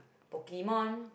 pokemon